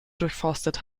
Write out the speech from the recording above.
durchforstet